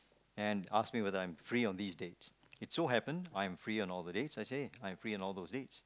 and ask me whether I'm free on these dates it so happen I am free on all the dates so I say I'm free on all those dates